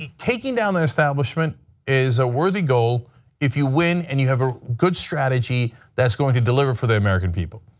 taking down the establishment is a worthy goal if you win and you have a good strategy that is going to deliver for the american people.